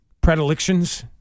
predilections